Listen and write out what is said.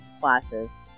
classes